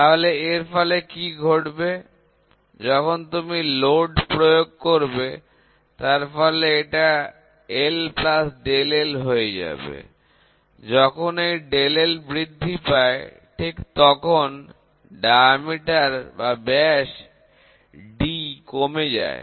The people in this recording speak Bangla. তাহলে এর ফলে কি ঘটবে যখন তুমি লোড প্রয়োগ করবে তার ফলে এটা L∆L হয়ে যাবে যখন এই ∆L বৃদ্ধি পায় ঠিক তখন ডায়ামিটার বা ব্যাস D কমে যায়